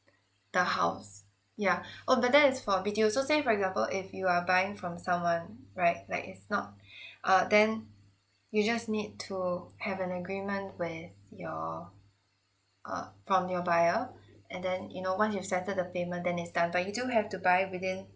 the house yeah oh but that is for B_T_O so say for example if you are buying from someone right like it's not uh then you just need to have an agreement with your uh from your buyer and then you know once you settle the payment then it's done but you do have to buy within